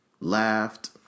laughed